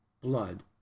blood